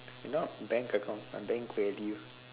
not bank account my bank value